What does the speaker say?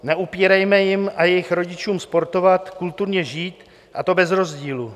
Neupírejme jim a jejich rodičům sportovat, kulturně žít, a to bez rozdílu.